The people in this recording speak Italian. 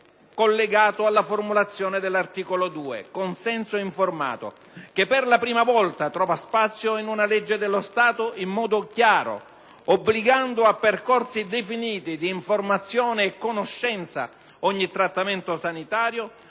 collegato alla formulazione dell'articolo 2 (consenso informato) che per la prima volta trova spazio in una legge dello Stato in modo chiaro, obbligando a percorsi definiti di informazione e conoscenza ogni trattamento sanitario,